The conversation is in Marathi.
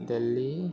दिल्ली